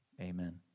amen